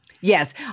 Yes